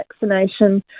vaccination